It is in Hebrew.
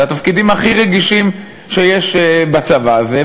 לתפקידים הכי רגישים שיש בצבא הזה,